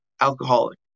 Alcoholic